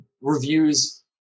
reviews